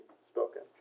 spoken